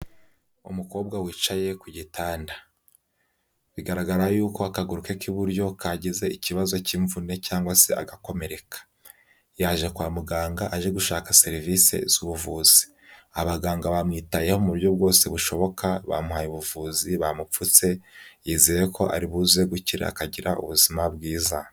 Umukobwa wicaye ku gitanda. Bigaragara yuko akaguru ke k'iburyo kagize ikibazo cy'imvune cyangwa se agakomereka. Yaje kwa muganga aje gushaka serivisi z'ubuvuzi. Abaganga bamwitayeho mu buryo bwose bushoboka bamuhaye ubuvuzi bamupfutse. Yizeye ko aribuze gukira akagira ubuzima bwiza.